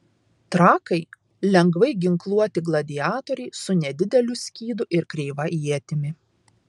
trakai lengvai ginkluoti gladiatoriai su nedideliu skydu ir kreiva ietimi